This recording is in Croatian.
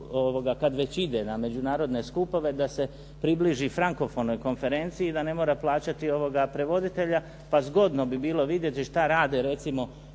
kad već ide na međunarodne skupove da se približi Frankofonoj konferenciji da ne mora plaćati prevoditelja pa zgodno bi bilo vidjeti šta rade recimo